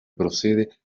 procede